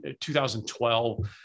2012